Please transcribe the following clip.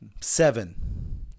Seven